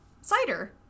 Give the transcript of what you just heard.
Cider